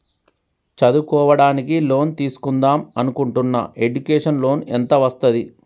చదువుకోవడానికి లోన్ తీస్కుందాం అనుకుంటున్నా ఎడ్యుకేషన్ లోన్ ఎంత వస్తది?